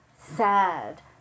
sad